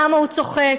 למה הוא צוחק?